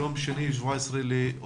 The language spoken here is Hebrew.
היום יום שני, 17 באוגוסט.